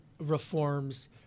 reforms